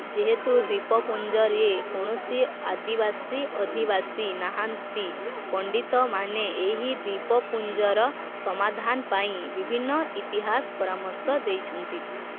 ଯେହେତୁ ଦ୍ୱୀପପୁଞ୍ଜରେ କୌଣସି ଆଦିବାସୀ ଅଧିବାସୀ ନାହାଁନ୍ତି ପଣ୍ଡିତମାନେ ଏହି ଦ୍ୱୀପପୁଞ୍ଜର ସମାଧାନ ପାଇଁ ବିଭିନ୍ନ ଇତିହାସ ପରାମର୍ଶ ଦେଇଛନ୍ତି